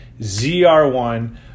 ZR1